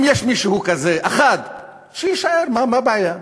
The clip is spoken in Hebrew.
אם יש מישהו כזה, אחד, שיישאר, מה הבעיה?